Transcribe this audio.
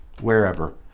wherever